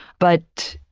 but,